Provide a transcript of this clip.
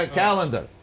calendar